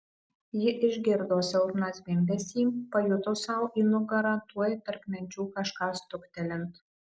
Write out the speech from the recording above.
ji išgirdo silpną zvimbesį pajuto sau į nugarą tuoj tarp menčių kažką stuktelint